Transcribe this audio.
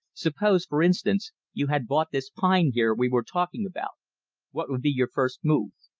suppose, for instance, you had bought this pine here we were talking about what would be your first move?